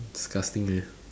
disgusting eh